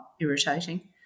irritating